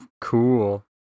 cool